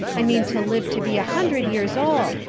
i mean to live to be a hundred years old,